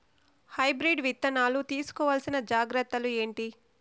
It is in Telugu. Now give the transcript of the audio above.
హైబ్రిడ్ విత్తనాలు తీసుకోవాల్సిన జాగ్రత్తలు ఏంటి?